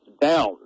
down